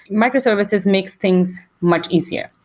microservices makes things much easier.